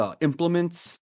implements